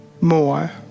more